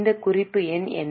இந்த குறிப்பு எண் என்ன